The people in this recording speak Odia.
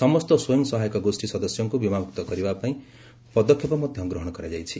ସମସ୍ତ ସ୍ୱୟଂ ସହାୟକ ଗୋଷୀ ସଦସ୍ୟଙ୍କୁ ବୀମାଭୁକ୍ତ କରିବାପାଇଁ ପଦକ୍ଷେପ ମଧ୍ଧ ଗ୍ରହଣ କରାଯାଇଛି